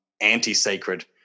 anti-sacred